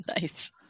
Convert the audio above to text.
Nice